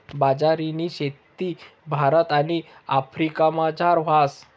बाजरीनी शेती भारत आणि आफ्रिकामझार व्हस